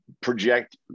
project